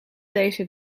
deze